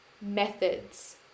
methods